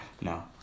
No